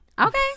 Okay